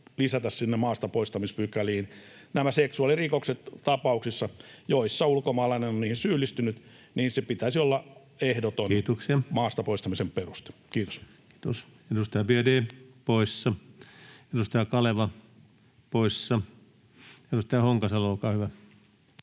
lisätä sinne maastapoistamispykäliin nämä seksuaalirikokset. Tapauksissa, joissa ulkomaalainen on niihin syyllistynyt, sen pitäisi olla ehdoton maasta poistamisen peruste. — Kiitos. Kiitoksia. — Edustaja Biaudet poissa, edustaja Kaleva poissa. — Edustaja Honkasalo, olkaa hyvä.